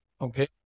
Okay